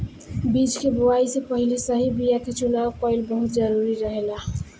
बीज के बोआई से पहिले सही बीया के चुनाव कईल बहुत जरूरी रहेला